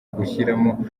gushyiramo